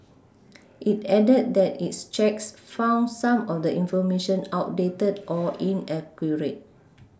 it added that its checks found some of the information outdated or inaccurate